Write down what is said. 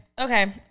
okay